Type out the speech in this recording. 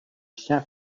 chien